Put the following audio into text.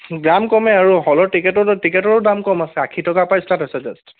দাম কমে আৰু হলৰ টিকেটৰো দ টিকেটৰো দাম কম আছে আশী টকাৰ পৰা ষ্টাৰ্ট হৈছে তাত